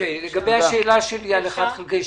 ולגבי השאלה שלי על 1/12?